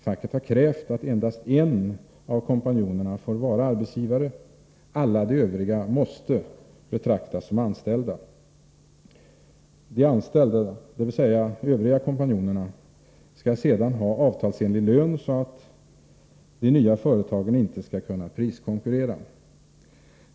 Facket har krävt att endast en av kompanjonerna får vara arbetsgivare och att alla de övriga måste betraktas såsom anställda. De anställda, dvs. kompanjonerna, skall sedan ha avtalsenlig lön så att de nya företagen inte skall kunna priskonkurrera.